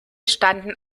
standen